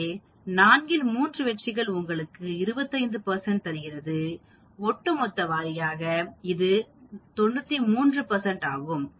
எனவே 4 இல் 3 வெற்றிகள் உங்களுக்கு 25 தருகின்றன ஒட்டுமொத்த வாரியாக இது 93 ஆகும்